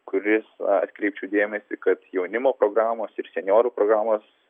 kuris atkreipčiau dėmesį kad jaunimo programos ir senjorų programos